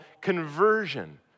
Conversion